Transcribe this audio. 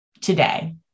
today